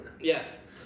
Yes